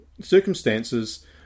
circumstances